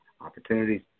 opportunities